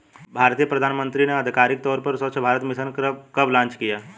भारतीय प्रधानमंत्री ने आधिकारिक तौर पर स्वच्छ भारत मिशन कब लॉन्च किया?